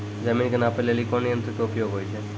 जमीन के नापै लेली कोन यंत्र के उपयोग होय छै?